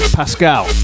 pascal